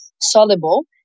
soluble